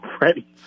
ready